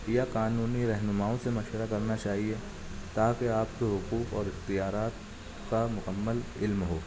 یا قانونی رہنماؤں سے مشورہ کرنا چاہیے تاکہ آپ کے حقوق اور اختیارات کا مکمل علم ہو